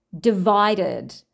divided